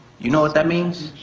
you know what that means?